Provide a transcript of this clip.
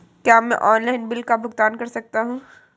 क्या मैं online bill का भुगतान कर सकता हूँ?